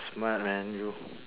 smart man you